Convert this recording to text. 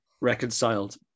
reconciled